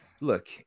look